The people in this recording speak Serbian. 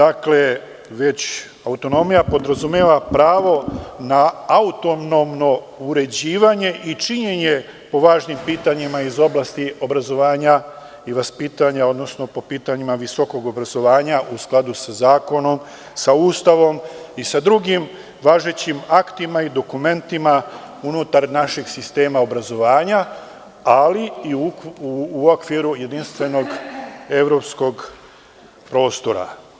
Autonomija podrazumeva pravo na autonomno uređivanje i činjenje po važnim pitanjima iz oblasti obrazovanja i vaspitanja, odnosno po pitanjima visokog obrazovanja u skladu sa zakonom, sa Ustavom i sa drugim važećim aktima i dokumentima unutar našeg sistema obrazovanja, ali i u okviru jedinstvenog evropskog prostora.